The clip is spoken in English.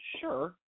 Sure